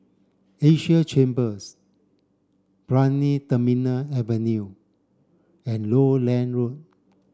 Asia Chambers Brani Terminal Avenue and Lowland Road